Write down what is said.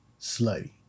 slutty